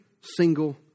single